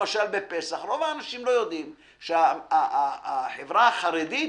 למשל, בפסח רוב האנשים לא יודעים שהחברה החרדית